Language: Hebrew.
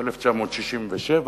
מ-1967,